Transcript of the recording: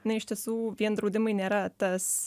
na iš tiesų vien draudimai nėra tas